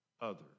others